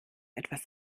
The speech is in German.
etwas